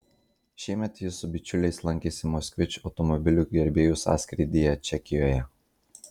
šiemet jis su bičiuliais lankėsi moskvič automobilių gerbėjų sąskrydyje čekijoje